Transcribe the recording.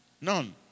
None